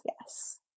Yes